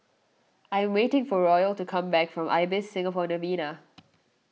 I am waiting for Royal to come back from Ibis Singapore Novena